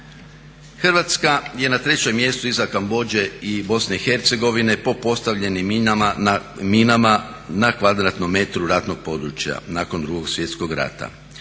Hrvatska je na trećem mjestu iza Kambodže i BiH po postavljenim minama na kvadratnom metru ratnog područja nakon Drugog svjetskog rata.